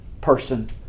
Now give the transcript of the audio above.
person